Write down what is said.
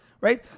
right